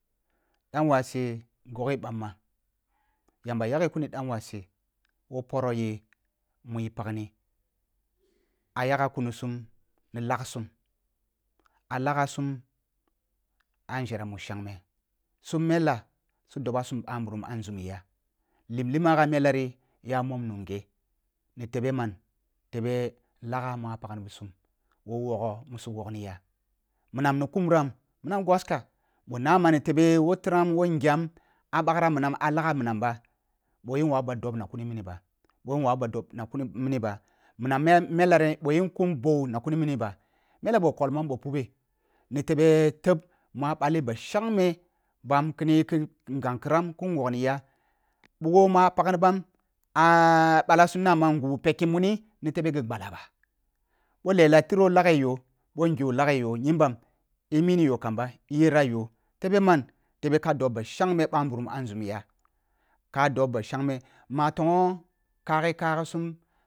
Dunwase goghe ɓanma yanba yagho kuni danwase woh poroh yenmu ji pagni aya ga kuni sum ni lag sum a laga sum ah nler mu shangme sum mela su doba sum ɓa nburum ah nzumi jah limi magha mela ri ya mom nungha ni tebe man tebe kgha mu’a pagne bi sum woh wogho musu wogni yah minam ni ku muram minan gwaska boh na ma ni tebe tiram woh ngyam eh bagra minam a laghe munam bah yin nam ba dob nakuni mani ba boh nunwu ba doh nakuni mini ɓa minam mela ri boh yin kum ɓoh nakmi mini bah mele ɓoh kolma boh pubeh ni tebe teb mu a ɓalni ba shangme bam kini yi kingan kram kan wogni ya ɓoghə ma pagni bam ah ɓalasum na ma ngubu pekki muni ni tebe ghi gbak ba boh lela tiro laghe yoh boh ngyo lagh yoh nyimbam i mini yoh kamba i yera yoh fobe mari tebe ka dob ba shangme ɓa nburum ah nzume yah ka dob ba shangme tong’o kagho kaghi sum.